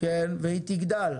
והיא תגדל.